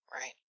Right